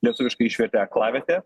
lietuviškai išvertė aklavietė